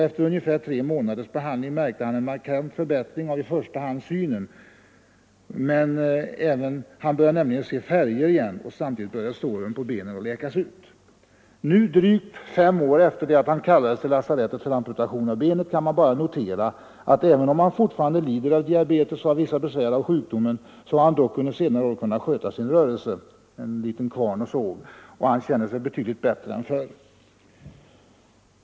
Efter ungefär tre månaders THX-behandling märkte han en markant förbättring av i första hand synen — han kunde se färger igen —, och samtidigt började även såren på benen att läkas ut. Nu, drygt fem år efter det att han kallades till lasarettet för amputation av benet, kan man bara notera att även om han fortfarande lider av diabetes och har vissa besvär av sjukdomen, så har han dock under senare år kunnat sköta sin rörelse — en liten kvarn och såg — och han känner sig betydligt bättre än förr.